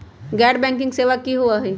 गैर बैंकिंग सेवा की होई?